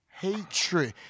hatred